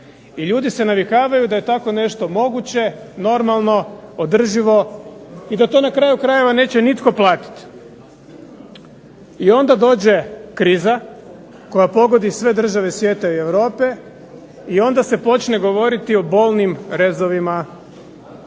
I ljudi se navikavaju da je tako nešto moguće, normalno, održivo i da to na kraju krajeva neće nitko platiti. I onda dođe kriza koja pogodi sve države svijeta i Europe i onda se počne govoriti o bolnim rezovima.